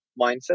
mindset